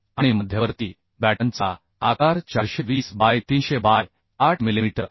आणि मध्यवर्ती बॅटनचा आकार 420 बाय 300 बाय 8 मिलिमीटर असेल